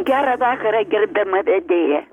gerą vakarą gerbiama vedėja